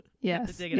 yes